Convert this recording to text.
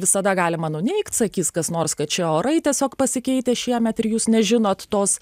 visada galima nuneigti sakys kas nors kad čia orai tiesiog pasikeitę šiemet ir jūs nežinot tos